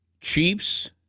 Chiefs